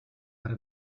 per